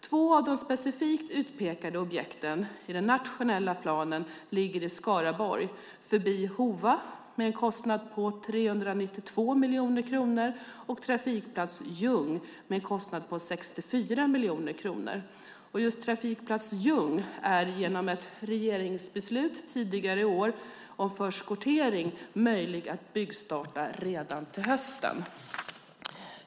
Två av de specifikt utpekade objekten i den nationella planen ligger i Skaraborg, nämligen förbi Hova med en kostnad på 392 miljoner kronor och trafikplats Jung med en kostnad på 64 miljoner kronor. Just trafikplats Jung är, genom ett regeringsbeslut tidigare i år om förskottering, möjlig att byggstarta redan till hösten.